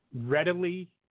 readily